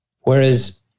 Whereas